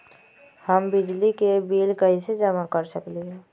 हम बिजली के बिल कईसे जमा कर सकली ह?